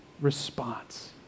response